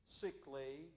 sickly